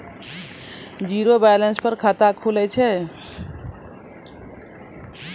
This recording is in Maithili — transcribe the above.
जीरो बैलेंस पर खाता खुले छै?